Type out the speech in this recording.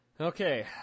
Okay